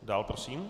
Dál prosím.